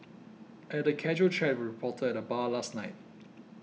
I had a casual chat with a reporter at the bar last night